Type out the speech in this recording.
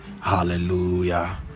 hallelujah